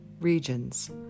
regions